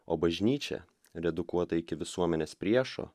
o bažnyčia redukuota iki visuomenės priešo